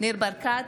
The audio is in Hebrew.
ניר ברקת,